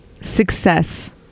success